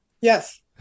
Yes